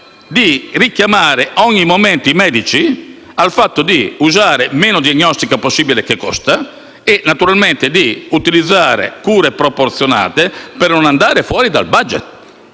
richiamare ogni momento i medici al fatto di usare meno diagnostica possibile, perché costa, e di utilizzare cure proporzionate per non andare fuori dal *budget*.